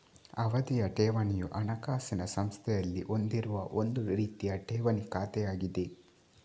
ಅವಧಿಯ ಠೇವಣಿಯು ಹಣಕಾಸಿನ ಸಂಸ್ಥೆಯಲ್ಲಿ ಹೊಂದಿರುವ ಒಂದು ರೀತಿಯ ಠೇವಣಿ ಖಾತೆಯಾಗಿದೆ